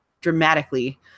dramatically